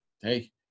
hey